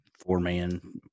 four-man